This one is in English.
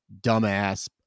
dumbass